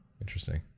Interesting